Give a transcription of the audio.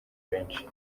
benshi